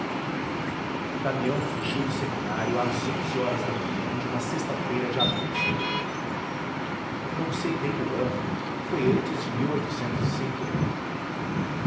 fugiu do seminário às onze horas da manhã de uma sexta-feira de agosto não sei bem o ano foi antes de